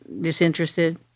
disinterested